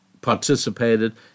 participated